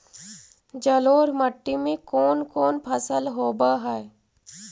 जलोढ़ मट्टी में कोन कोन फसल होब है?